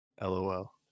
LOL